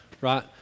Right